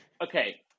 okay